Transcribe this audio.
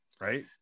right